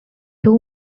two